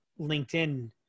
LinkedIn